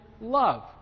love